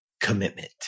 commitment